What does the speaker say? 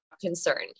concern